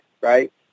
right